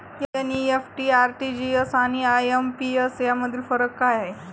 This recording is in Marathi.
एन.इ.एफ.टी, आर.टी.जी.एस आणि आय.एम.पी.एस यामधील फरक काय आहे?